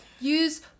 use